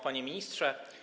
Panie Ministrze!